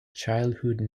childhood